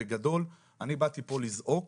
בגדול אני באתי פה לזעוק